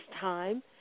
time